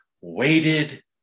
waited